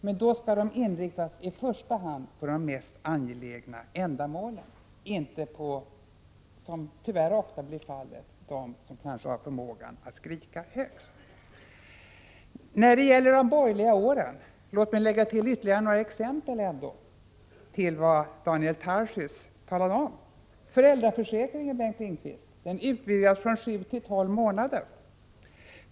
Men då skall de inriktas i första hand på de mest angelägna ändamålen, inte på — som tyvärr ofta blir fallet — dem som kanske har förmågan att skrika högst. När det gäller de borgerliga åren vill jag lägga till några exempel, utöver vad Daniel Tarschys anförde. Föräldraförsäkringen, Bengt Lindqvist, utvidgades från sju till tolv månader.